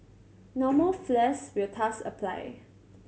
normal flares will thus apply